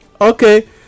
okay